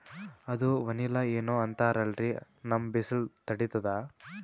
ಅದು ವನಿಲಾ ಏನೋ ಅಂತಾರಲ್ರೀ, ನಮ್ ಬಿಸಿಲ ತಡೀತದಾ?